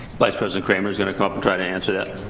but i suppose the kramer's gonna come up and try to answer that.